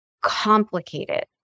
complicated